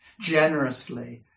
generously